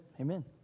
Amen